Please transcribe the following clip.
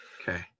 Okay